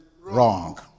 wrong